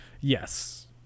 Yes